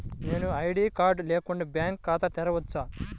నేను ID card లేకుండా bank ఖాతా తెరవచ్చా?